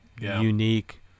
unique